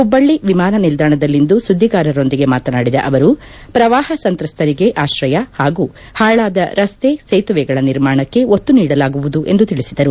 ಹುಬ್ಬಳ್ಳಿ ವಿಮಾನ ನಿಲ್ದಾಣದಲ್ಲಿಂದು ಸುದ್ದಿಗಾರರೊಂದಿಗೆ ಮಾತನಾಡಿದ ಅವರು ಪ್ರವಾಪ ಸಂತ್ರಸ್ತರಿಗೆ ಆಶ್ರಯ ಹಾಗೂ ಹಾಳಾದ ರಕ್ತೆ ಸೇತುವೆಗಳ ನಿರ್ಮಾಣಕ್ಕೆ ಒತ್ತು ನೀಡಲಾಗುವುದು ಎಂದು ತಿಳಿಸಿದರು